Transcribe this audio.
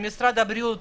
משרד הבריאות